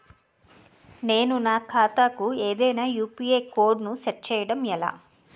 నేను నా ఖాతా కు ఏదైనా యు.పి.ఐ కోడ్ ను సెట్ చేయడం ఎలా?